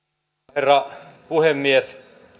herra puhemies